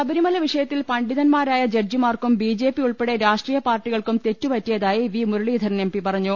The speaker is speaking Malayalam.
ശബരിമല വിഷയത്തിൽ പണ്ഡിതൻമാരായ ജഡ്ജിമാർക്കും ബി ജെപി ഉൾപ്പെടെ രാഷ്ട്രീയ പാർട്ടികൾക്കും തെറ്റുപറ്റിയതായി വി മുരളീധരൻ എം പി പറഞ്ഞു